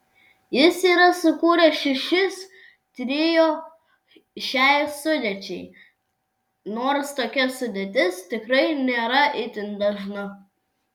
jis yra sukūręs šešis trio šiai sudėčiai nors tokia sudėtis tikrai nėra itin dažna